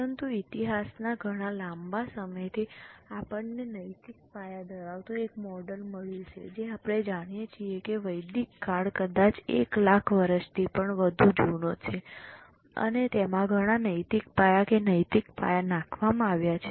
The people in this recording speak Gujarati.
પરંતુ ઈતિહાસના ઘણા લાંબા સમયથી આપણને નૈતિક પાયા ધરાવતું એક મોડેલ મળ્યું છે જે આપણે જાણીએ છીએ કે વૈદિક કાળ કદાચ 1 લાખ વર્ષથી પણ વધુ જૂનો છે અને તેમાં ઘણા નૈતિક પાયા કે નૈતિક પાયા નાખવામાં આવ્યા છે